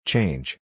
Change